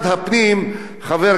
חבר הכנסת מג'אדלה,